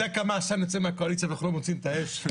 אתה יודע כמה עשן יוצא מהקואליציה ואנחנו לא מוצאים את האש?